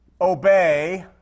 obey